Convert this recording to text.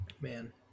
man